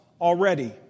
already